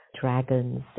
dragons